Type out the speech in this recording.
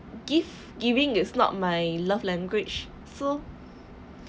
gift giving is not my love language so